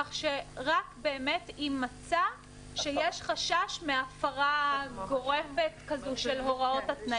כך שרק באמת אם מצא שיש חשש להפרה גורפת של הוראות התנאים.